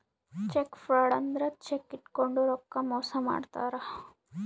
check fraud ಅಂದ್ರ cheque ಇಟ್ಕೊಂಡು ರೊಕ್ಕ ಮೋಸ ಮಾಡ್ತಾರ